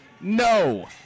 No